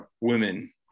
women